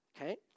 Okay